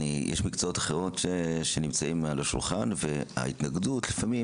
יש מקצועות אחרים שנמצאים על השולחן וההתנגדות לפעמים